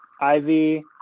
Ivy